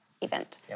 event